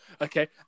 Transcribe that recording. okay